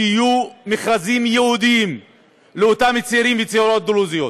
שיהיו מכרזים ייעודיים לאותם צעירים וצעירות דרוזים,